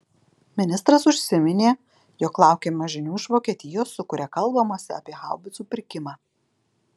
ministras užsiminė jog laukiama žinių iš vokietijos su kuria kalbamasi apie haubicų pirkimą